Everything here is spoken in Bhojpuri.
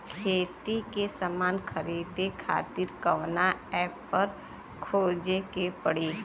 खेती के समान खरीदे खातिर कवना ऐपपर खोजे के पड़ी?